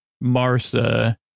Martha